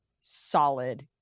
solid